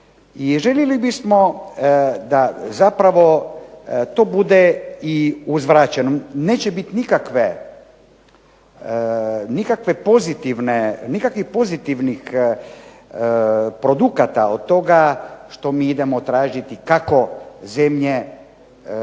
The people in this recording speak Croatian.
željeli bismo da zapravo to bude i uzvraćeno. Neće biti nikakve pozitivne, nikakvih pozitivnih produkata od toga što mi idemo tražiti kako zemlje, druge